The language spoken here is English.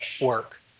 work